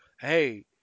hey